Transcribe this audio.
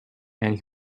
and